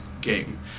game